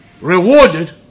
rewarded